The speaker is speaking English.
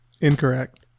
Incorrect